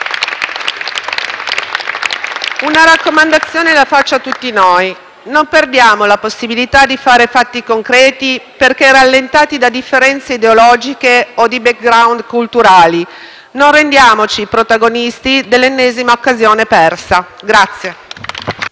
Una raccomandazione è rivolta a tutti noi: non perdiamo la possibilità di realizzare fatti concreti, perché rallentati da differenze ideologiche o di *background* culturale. Non rendiamoci protagonisti dell'ennesima occasione persa.